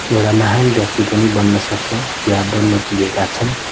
एउटा महान् व्यक्ति पनि बन्न सक्छ या बन्न पुगेका छन्